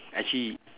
actually